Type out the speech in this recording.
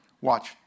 Watch